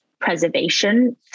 Preservation